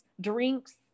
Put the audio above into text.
drinks